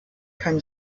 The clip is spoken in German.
kann